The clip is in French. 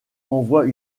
envoie